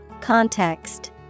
Context